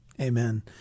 Amen